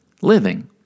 living